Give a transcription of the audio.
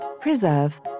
preserve